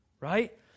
Right